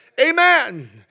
Amen